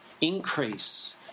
increase